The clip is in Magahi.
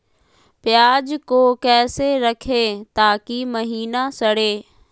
प्याज को कैसे रखे ताकि महिना सड़े?